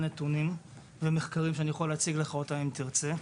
נתונים ומחקרים שאני יכול להציג אותם אם תרצה,